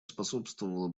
способствовало